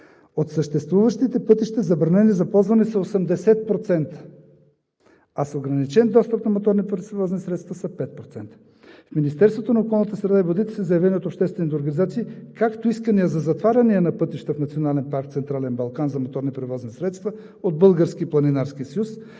От съществуващите пътища, забранени за ползване са 80%, а с ограничен достъп на моторни превозни средства са 5%. В Министерството на околната среда и водите са заявени от обществените организации както искания за затваряне на пътища в Национален парк „Централен